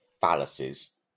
fallacies